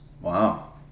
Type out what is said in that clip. Wow